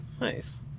Nice